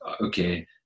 Okay